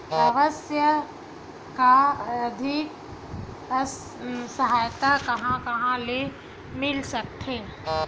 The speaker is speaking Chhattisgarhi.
समस्या ल आर्थिक सहायता कहां कहा ले मिल सकथे?